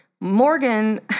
Morgan